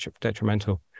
detrimental